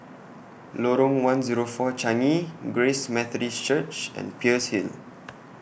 Lorong one Zero four Changi Grace Methodist Church and Peirce Hill